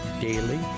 daily